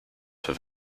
have